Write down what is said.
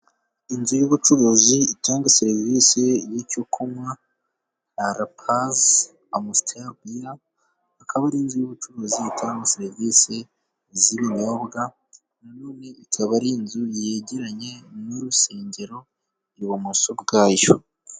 Inzu y'ubucuruzi itanga serivise y'icyo kunywa arapasi, amusiteri biya. Akaba ari inzu y'ubucuruzi itanga serivise zibinyobwa nanone ikaba ari inzu yegeranye n'urusengero ibumoso bwayo.